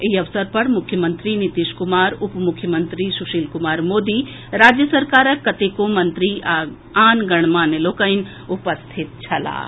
एहि अवसर पर मुख्यमंत्री नीतीश कुमार उप मुख्यमंत्री सुशील कुमार मोदी राज्य सरकारक कतेको मंत्री आ आन गणमान्य लोकनि उपस्थित छलाह